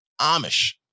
Amish